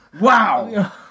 wow